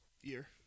year